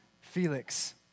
Felix